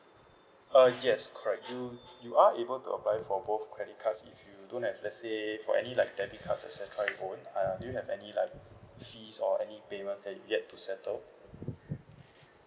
uh yes correct you you are able to apply for both credit cards if you don't have let's say for any like debit cards et cetera you own uh do you have any like fees or payments that you yet to settle